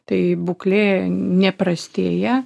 tai būklė neprastėja